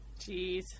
Jeez